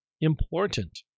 Important